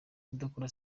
kudakora